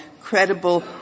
credible